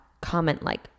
comment-like